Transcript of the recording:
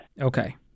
Okay